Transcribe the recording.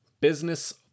business